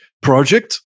project